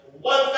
one